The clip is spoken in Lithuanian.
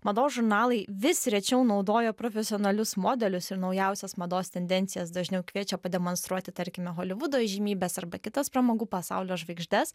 mados žurnalai vis rečiau naudoja profesionalius modelius ir naujausias mados tendencijas dažniau kviečia pademonstruoti tarkime holivudo įžymybes arba kitas pramogų pasaulio žvaigždes